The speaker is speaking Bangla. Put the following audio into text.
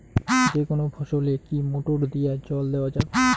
যেকোনো ফসলে কি মোটর দিয়া জল দেওয়া যাবে?